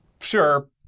Sure